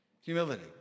Humility